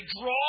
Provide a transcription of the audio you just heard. draw